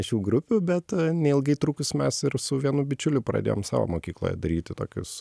šių grupių bet neilgai trukus mes ir su vienu bičiuliu pradėjom savo mokykloje daryti tokius